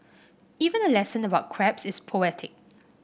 even a lesson about crabs is poetic